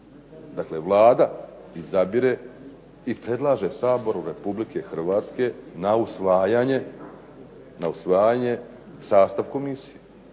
Vlada izabire i predlaže Saboru Republike Hrvatske na usvajanje sastav Komisije,